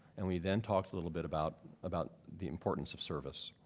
and we then talked a little bit about about the importance of service.